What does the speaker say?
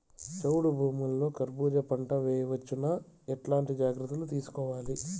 చౌడు భూముల్లో కర్బూజ పంట వేయవచ్చు నా? ఎట్లాంటి జాగ్రత్తలు తీసుకోవాలి?